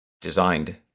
designed